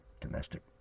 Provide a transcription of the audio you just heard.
domestic